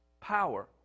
power